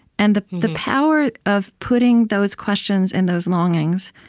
and the the power of putting those questions and those longings,